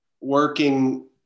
working